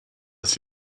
ist